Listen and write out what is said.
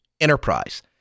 enterprise